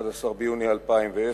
11 ביוני 2010,